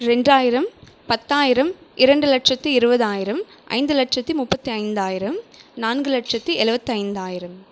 ரெண்டாயிரம் பத்தாயிரம் இரண்டு லட்சத்தி இருபதாயிரம் ஐந்து லட்சத்தி முப்பத்தி ஐந்தாயிரம் நான்கு லட்சத்தி எழுபத்தி ஐந்தாயிரம்